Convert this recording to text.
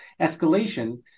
escalation